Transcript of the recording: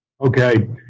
Okay